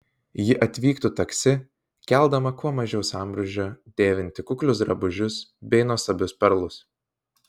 ji atvyktų taksi keldama kuo mažiau sambrūzdžio dėvinti kuklius drabužius bei nuostabius perlus